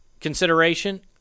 consideration